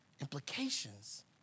implications